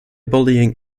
bullying